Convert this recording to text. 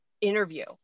interview